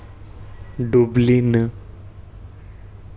dublin